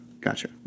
gotcha